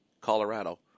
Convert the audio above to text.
Colorado